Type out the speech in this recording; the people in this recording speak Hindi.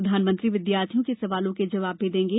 प्रधानमंत्री विद्यार्थियों के सवालों के जबाब भी देंगे